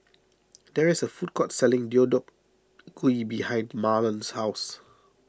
there is a food court selling Deodeok Gui behind Mahlon's house